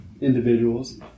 individuals